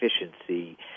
efficiency